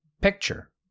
picture